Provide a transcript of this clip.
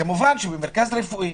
כמובן במרכז רפואי